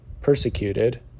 persecuted